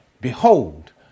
Behold